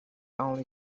only